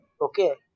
Okay